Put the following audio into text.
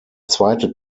zweite